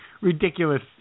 ridiculous